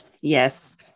Yes